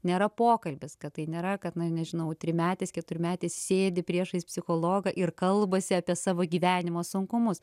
nėra pokalbis kad tai nėra kad na nežinau trimetis keturmetis sėdi priešais psichologą ir kalbasi apie savo gyvenimo sunkumus